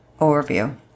overview